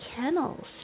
kennels